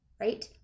right